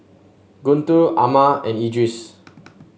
Guntur Ahmad and Idris